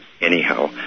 anyhow